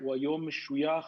הוא היום משויך